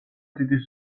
დიდი